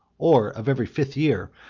or of every fifth year,